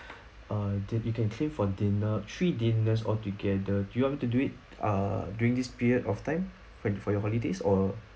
uh that you can claim for dinner three dinners altogether you want me to do it uh during this period of time for you for your holidays or